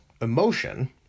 emotion